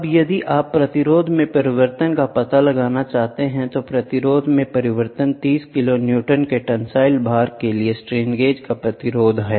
अब यदि आप प्रतिरोध में परिवर्तन का पता लगाना चाहते हैं तो प्रतिरोध में परिवर्तन 30 किलोन्यूटन के टेंसिल भार के लिए स्ट्रेन गेज का प्रतिरोध है